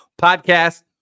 podcast